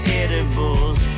edibles